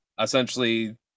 essentially